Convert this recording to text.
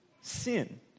Sin